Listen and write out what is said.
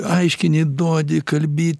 aiškini duodi kalbi